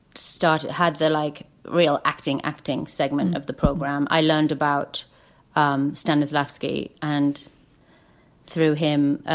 start had they like real acting? acting segment of the program. i learned about um stanislavski and through him,